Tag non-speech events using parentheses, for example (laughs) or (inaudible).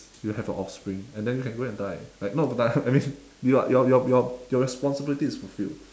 you have a offspring and then you can go and die like not die I mean (laughs) your your your your your responsibility is fulfilled